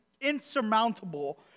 insurmountable